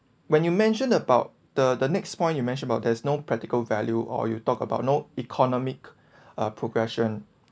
when you mentioned about the the next point you mention about there's no practical value or you talk about no economic uh progression